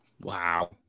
Wow